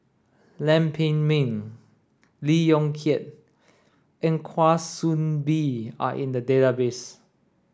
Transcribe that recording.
Lam Pin Min Lee Yong Kiat and Kwa Soon Bee are in the database